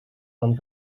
dan